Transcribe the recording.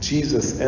Jesus